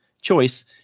choice